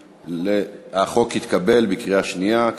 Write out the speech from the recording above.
החוק התקבל בקריאה שנייה.